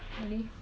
really